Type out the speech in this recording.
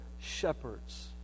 shepherds